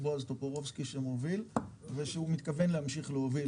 בועז טופורובסקי שמוביל ושהוא מתכוון להמשיך להוביל.